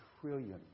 trillion